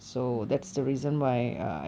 oh